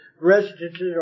residences